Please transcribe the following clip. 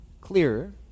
Clearer